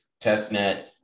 testnet